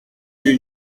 que